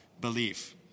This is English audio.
belief